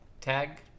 tag